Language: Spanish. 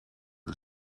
del